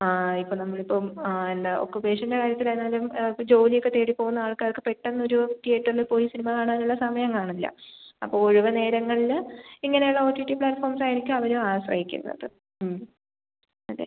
ആ ഇപ്പോൾ നമ്മൾ ഇപ്പം ആ എന്താ ഒക്കുപ്പേഷൻ്റെ കാര്യത്തിലായിരുന്നാലും ജോലി ഒക്കെ തേടിപ്പോവുന്ന ആൾക്കാർക്ക് പെട്ടെന്നൊരു തീയേറ്ററിൽ പോയി സിനിമ കാണാനുള്ള സമയം കാണില്ല അപ്പോൾ ഒഴിവ് നേരങ്ങളിൽ ഇങ്ങനെയുള്ള ഒ ടി ടി പ്ലാറ്റ്ഫോംസായിരിക്കും അവരും ആശ്രയിക്കുന്നത് അതെ